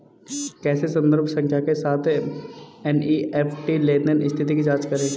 कैसे संदर्भ संख्या के साथ एन.ई.एफ.टी लेनदेन स्थिति की जांच करें?